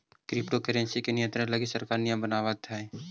crypto currency के नियंत्रण लगी सरकार नियम बनावित हइ